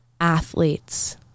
athletes